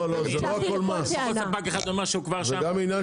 אני הקשבתי לכל טענה --- זה גם עניין